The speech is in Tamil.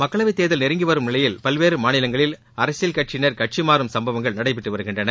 மக்களவைத் தேர்தல் நெருங்கி வரும் நிலையில் பல்வேறு மாநிலங்களில் அரசியல் கட்சியினர் கட்சி மாறும் சம்பவங்கள் நடைபெற்று வருகின்றன